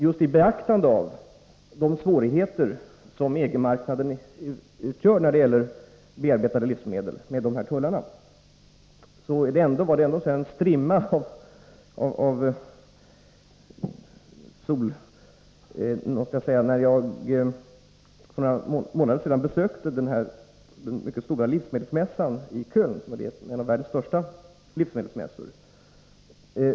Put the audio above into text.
Just med beaktande av de svårigheter som EG-marknaden erbjuder då det gäller bearbetade livsmedel, med de här tullarna, måste jag säga att jag dock tyckte mig se en strimma av sol, när jag för några månader sedan besökte den stora livsmedelsmässan i Köln — en av världens största livsmedelsmässor.